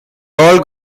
all